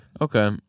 Okay